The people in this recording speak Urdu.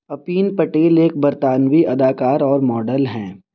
اپین پٹیل ایک برطانوی اداکار اور ماڈل ہیں